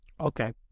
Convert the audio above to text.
Okay